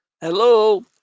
Hello